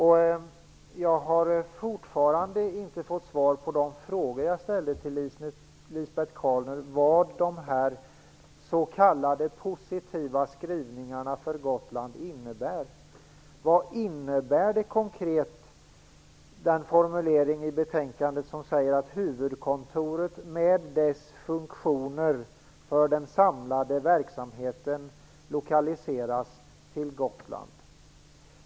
Jag har fortfarande inte fått svar på de frågor som jag ställde till Lisbet Calner om vad de s.k. positiva skrivningarna för Gotland innebär. Vad innebär konkret den formulering i betänkandet där det framhålls att huvudkontoret med dess funktioner för den samlade verksamheten lokaliseras till Gotland?